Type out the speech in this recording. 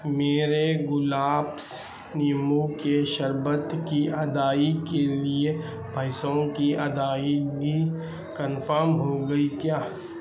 میرے گلابس نیمبو کے شربت کی ادائی کے لیے پیسوں کی ادائیگی کنفم ہو گئی کیا